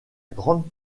grande